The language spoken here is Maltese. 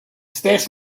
stess